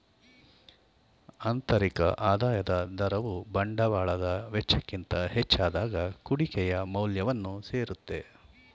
ಆಂತರಿಕ ಆದಾಯದ ದರವು ಬಂಡವಾಳದ ವೆಚ್ಚಕ್ಕಿಂತ ಹೆಚ್ಚಾದಾಗ ಕುಡಿಕೆಯ ಮೌಲ್ಯವನ್ನು ಸೇರುತ್ತೆ